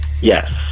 Yes